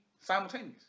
simultaneous